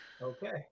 Okay